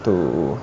to